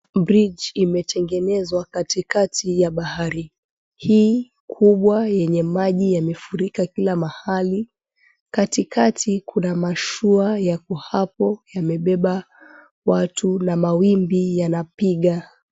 Bridge imetengenezwa katikati ya bahari hii kubwa yenye maji yamefurika kila mahali. Katikati kuna mashua yako hapo yamebeba watu na mawimbi yanapiga.